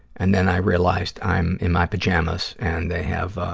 and then i realized i'm in my pajamas and they have